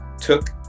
took